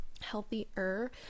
healthier